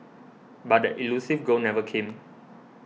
but that elusive goal never came